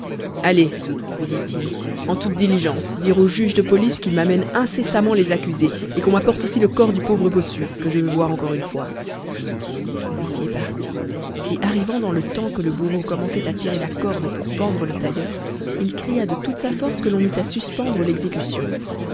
allez lui dit-il en toute diligence dire au juge de police qu'il m'amène incessamment les accusés et qu'on m'apporte aussi le corps du pauvre bossu que je veux voir encore une fois l'huissier partit et arrivant dans le temps que le bourreau commençait à tirer la corde pour pendre le tailleur il cria de toute sa force que l'on eût à suspendre l'exécution